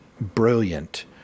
brilliant